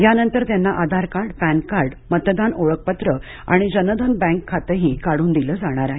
यानंतर त्यांना Aadhaar card PAN card मतदान ओळखपत्र आणि जनधन बॅंक खातंही काढून दिलं जाणार आहे